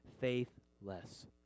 faithless